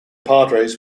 padres